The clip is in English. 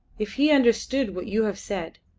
if he understood what you have said,